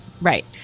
Right